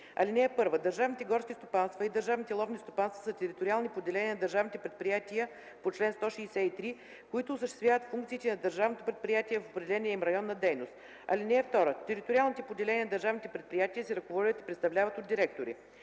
173. (1) Държавните горски стопанства и държавните ловни стопанства са териториални поделения на държавните предприятия по чл. 163, които осъществяват функциите на държавното предприятие в определения им район на дейност. (2) Териториалните поделения на държавните предприятия се ръководят и представляват от директори.